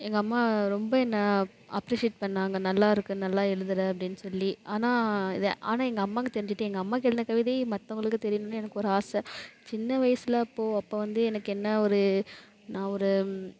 எங்கள் அம்மா ரொம்ப என்னை அப்ரிசியேட் பண்ணாங்க நல்லாயிருக்கு நல்லா எழுதுற அப்டின்னு சொல்லி ஆனால் இதை ஆனால் எங்கள் அம்மாவுக்கு தெரிஞ்சுட்டு எங்கள் அம்மாவுக்கு எழுதுன கவிதையும் மற்றவங்களுக்கு தெரியும்னு எனக்கு ஒரு ஆசை சின்ன வயசில் அப்போது அப்போ வந்து எனக்கு என்ன ஒரு நான் ஒரு